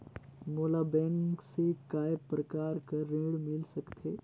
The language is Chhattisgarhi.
मोला बैंक से काय प्रकार कर ऋण मिल सकथे?